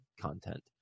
content